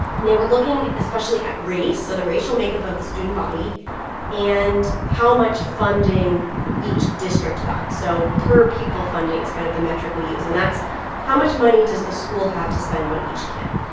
and they were looking especially at race so the racial makeup of the student body and how much funding each district got. so per pupil funding is kind of the metric we use, and that's how much money does the school have to spend on each kid?